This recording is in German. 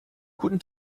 guten